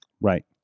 Right